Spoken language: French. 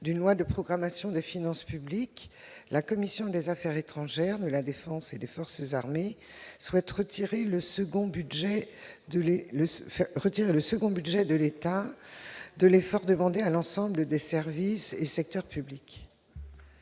d'une loi de programmation des finances publiques, la commission des affaires étrangères, de la défense et des forces armées souhaite retirer le deuxième budget de l'État de l'effort demandé à l'ensemble des services et secteurs publics